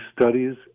studies